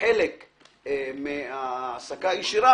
חלק מהעסקה ישירה,